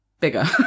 bigger